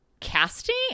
casting